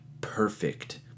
perfect